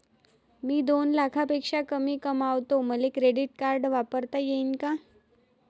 मी दोन लाखापेक्षा कमी कमावतो, मले क्रेडिट कार्ड वापरता येईन का?